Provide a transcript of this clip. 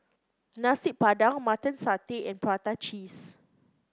Nasi Padang Mutton Satay and Prata Cheese